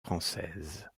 françaises